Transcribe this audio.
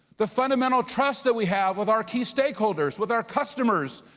the fundamental trust that we have with our key stakeholders, with our customers,